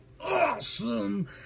awesome